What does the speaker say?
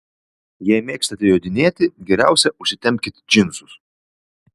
jei mėgstate jodinėti geriausia užsitempkit džinsus